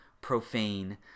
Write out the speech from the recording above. profane